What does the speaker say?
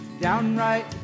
downright